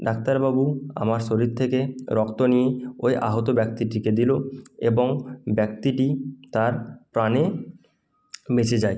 doctor বাবু আমার শরীর থেকে রক্ত নিয়ে ওই আহত ব্যক্তিটিকে দিলো এবং ব্যক্তিটি তার প্রাণে বেঁচে যায়